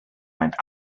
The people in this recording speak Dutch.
mijn